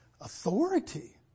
Authority